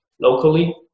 locally